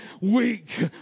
weak